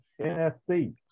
NSC